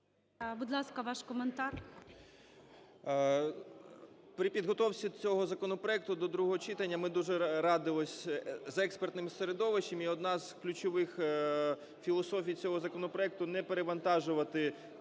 Будь ласка, ваш коментар. 13:24:45 АЛЕКСЄЄВ І.С. При підготовці цього законопроекту до другого читання ми дуже радились з експертним середовищем. І одна з ключових філософій цього законопроекту – не перевантажувати